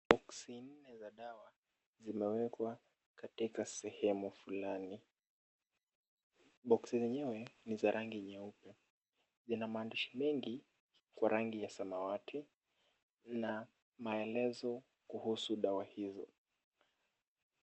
Boksi nne za dawa zimewekwa katika sehemu fulani. Boksi zenyewe ni za rangi nyeupe. Zina maandishi mengi kwa rangi ya samawati na maelezo kuhusu dawa hizo.